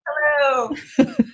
Hello